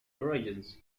origins